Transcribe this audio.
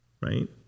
right